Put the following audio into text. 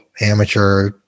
amateur